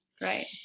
right